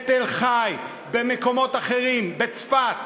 בתל-חי, במקומות אחרים, בצפת.